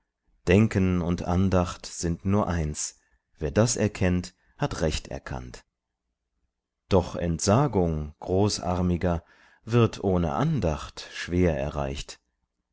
denken und andacht sind nur eins wer das erkennt hat recht erkannt doch entsagung großarmiger wird ohne andacht schwer erreicht